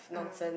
ah